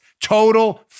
total